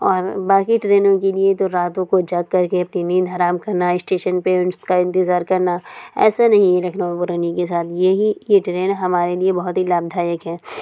اور باقی ٹرینوں کے لیے تو راتوں کو جاگ کر کے اپنی نیند حرام کرنا اسٹیشن پہ اس کا انتظار کرنا ایسا نہیں ہے لکھنؤ برونی کے ساتھ یہی یہ ٹرین ہمارے لیے بہت ہی لابھدایک ہے